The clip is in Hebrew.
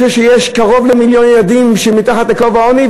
יש קרוב למיליון ילדים מתחת לקו העוני,